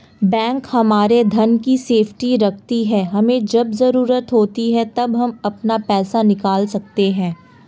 bank हमारे धन की सेफ्टी रखती है हमे जब जरूरत होती है तब हम अपना पैसे निकल सकते है